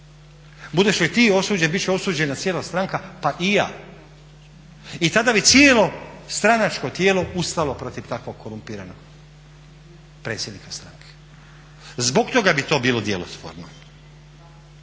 Budeš li ti osuđen bit će osuđena cijela stranka pa i ja. I tada bi cijelo stranačko tijelo ustalo protiv takvog korumpiranog predsjednika stranke. Zbog toga bi to bilo djelotvorno.